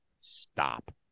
stop